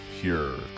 pure